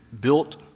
built